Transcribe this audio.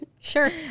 sure